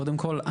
קודם כל,